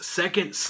second